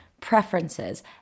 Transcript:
preferences